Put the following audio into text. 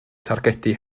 targedu